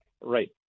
Right